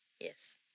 Yes